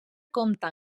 compta